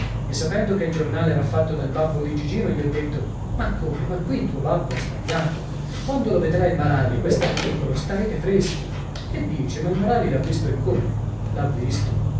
e sapendo che il giornale era fatto dal babbo di gigino gli ho detto ma come ma qui il tuo babbo ha sbagliato quando lo vedrà il maralli quest'articolo starete freschi che dici ma il maralli l'ha visto e come l'ha visto